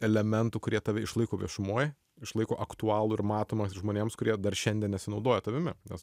elementų kurie tave išlaiko viešumoj išlaiko aktualų ir matomą žmonėms kurie dar šiandien nesinaudoja tavimi nes